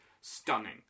stunning